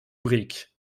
briques